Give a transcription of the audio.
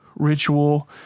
ritual